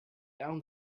down